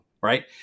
Right